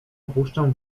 opuszczę